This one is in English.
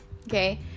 Okay